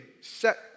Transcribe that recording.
set